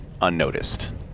unnoticed